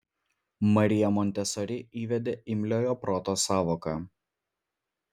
marija montesori įvedė imliojo proto sąvoką